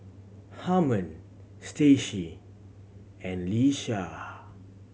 Harmon Stacie and Leisha